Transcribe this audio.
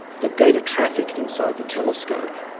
the data traffic inside the telescope,